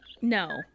no